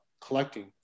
collecting